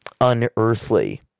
unearthly